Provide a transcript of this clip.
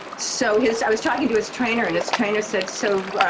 so his i was talking to his trainer, and his trainer said, so,